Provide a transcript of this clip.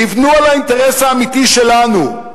תבנו על האינטרס האמיתי שלנו,